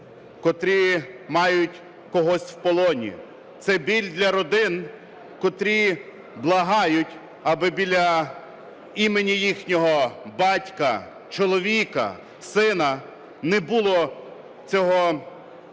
котрі мають когось в полоні. Це біль для родин, котрі благають, аби біля імені їхнього батька, чоловіка, сина, не було цього просто